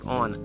on